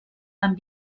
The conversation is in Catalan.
amb